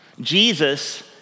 Jesus